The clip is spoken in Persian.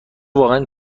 واقعا